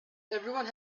everyone